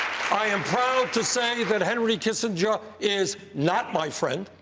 i am proud to say that henry kissinger is not my friend.